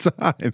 time